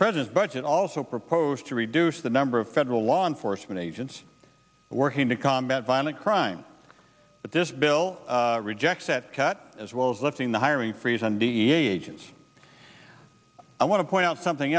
president's budget also propose to reduce the number of federal law enforcement agents working to combat violent crime but this bill rejects that cut as well as lifting the hiring freeze on d h and i want to point out something